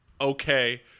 okay